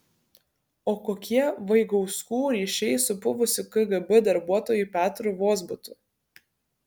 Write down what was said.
o kokie vaigauskų ryšiai su buvusiu kgb darbuotoju petru vozbutu